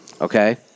Okay